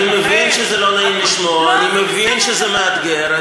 אני מבין שזה לא נעים לשמוע, אני מבין שזה מאתגר.